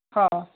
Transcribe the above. हा